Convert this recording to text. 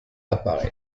apparaît